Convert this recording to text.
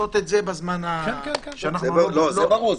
לעשות את זה בזמן --- זה ברור.